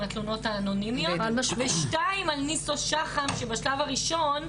התלונות האנונימיות ושתיים על ניסו שחם שבשלב הראשון,